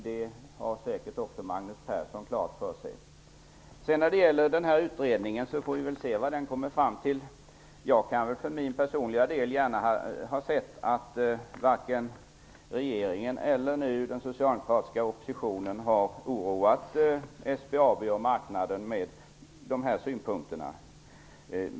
Det har säkert också Vi får väl se vad utredningen kommer fram till. För min personliga del hade jag gärna sett att varken regeringen eller den socialdemokratiska oppositionen hade oroat SBAB och marknaden med de här synpunkterna.